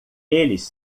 eles